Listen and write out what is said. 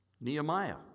Nehemiah